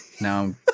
Now